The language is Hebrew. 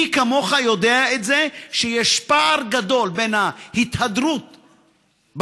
מי כמוך יודע את זה שיש פער גדול בין ההתהדרות בחוץ,